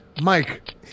Mike